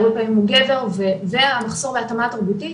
הרבה פעמים הוא גבר והמחסור וההתאמה התרבותית